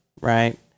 Right